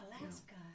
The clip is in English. Alaska